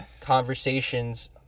conversations